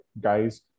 guys